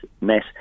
met